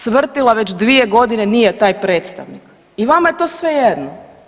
Cvrtila već 2 godine nije taj predstavnik i vama je to svejedno.